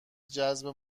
جذب